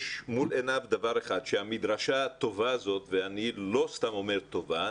יש מול עיניו דבר אחד שהמדרשה הטובה הזאת ואני לא סתם אומר טובה,